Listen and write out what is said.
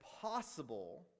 possible